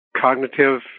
cognitive